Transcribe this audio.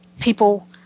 people